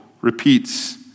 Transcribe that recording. repeats